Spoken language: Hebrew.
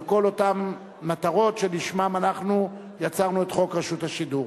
על כל אותן מטרות שלשמן אנחנו יצרנו את חוק רשות השידור.